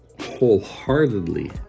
wholeheartedly